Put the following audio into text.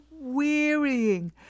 wearying